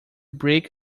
brick